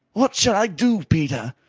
what shall i do, peter?